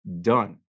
done